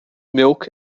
milk